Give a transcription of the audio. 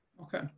Okay